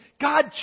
God